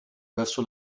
verso